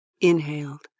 inhaled